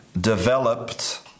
developed